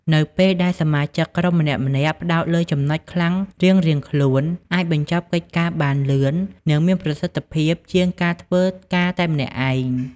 នៅពេលដែលសមាជិកក្រុមម្នាក់ៗផ្តោតលើចំណុចខ្លាំងរៀងៗខ្លួន អាចបញ្ចប់កិច្ចការបានលឿន និងមានប្រសិទ្ធភាពជាងការធ្វើការតែម្នាក់ឯង។